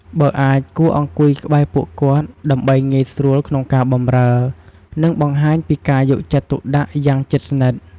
បើអាច គួរអង្គុយក្បែរពួកគាត់ ដើម្បីងាយស្រួលក្នុងការបម្រើ និងបង្ហាញពីការយកចិត្តទុកដាក់យ៉ាងជិតស្និទ្ធ។